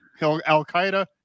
Al-Qaeda